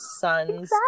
son's